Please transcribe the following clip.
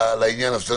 לעניין הזה.